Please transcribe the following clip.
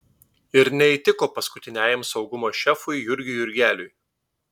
ir neįtiko paskutiniajam saugumo šefui jurgiui jurgeliui